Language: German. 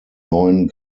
neuen